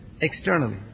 externally